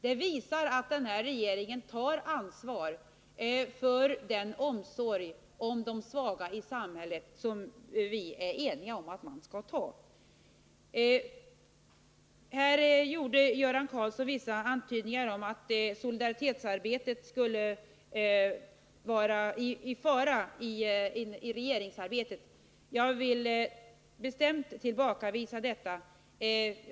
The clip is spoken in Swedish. Det visar att regeringen tar det ansvar för omsorgen om de svaga i samhället som vi är eniga om att den skall ta. Göran Karlsson gjorde vissa antydningar om att solidaritetsarbetet skulle vara i fara i regeringsarbetet. Jag vill bestämt tillbakavisa detta påstående.